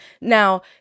Now